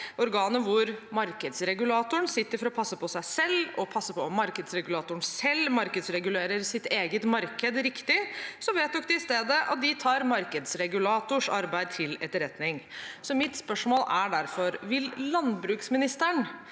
organet hvor markedsregulatoren sitter for å passe på seg selv og passe på at markedsregulatoren selv markedsregulerer sitt eget marked riktig, vedtok de i stedet at de tar markedsregulators arbeid til etterretning. Mitt spørsmål er derfor: Vil landbruksministeren